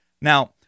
Now